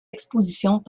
expositions